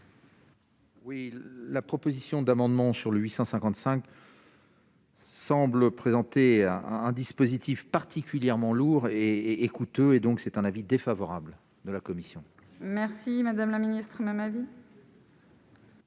Oui, la proposition d'amendement sur le 855. Semble présenter un un dispositif particulièrement lourd et écoutent et donc c'est un avis défavorable de la commission. Merci madame la ministre ma ma vie.